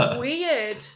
weird